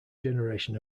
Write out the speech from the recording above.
generation